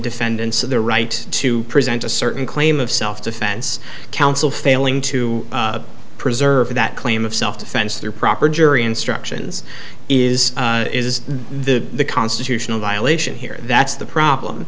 defendants of the right to present a certain claim of self defense counsel failing to preserve that claim of self defense through proper jury instructions is it is the constitutional violation here that's the problem